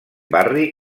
barri